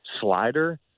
slider